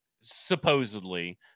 supposedly